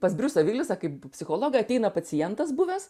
tai pas briusą vilisą kaip psichologą ateina pacientas buvęs